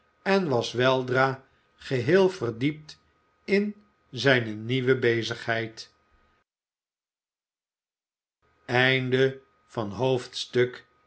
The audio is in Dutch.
en was weldra geheel verdiept in zijne nieuwe bezigheid